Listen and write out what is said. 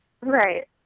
Right